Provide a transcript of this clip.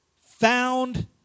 Found